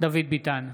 דוד ביטן,